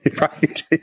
Right